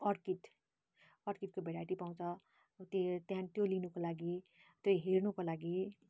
orchid अर्किडको variety पाउँछ अब ते त्यो लिनुको लागि त्यो हेर्नुको लागि